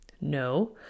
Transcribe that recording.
No